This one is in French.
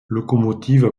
locomotive